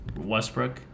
Westbrook